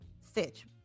stitch